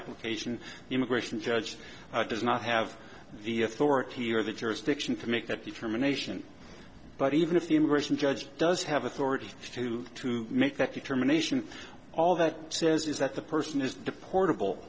application immigration judge does not have the authority or the jurisdiction to make that determination but even if the immigration judge does have authority to to make that determination all that says is that the person is deportable